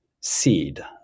Seed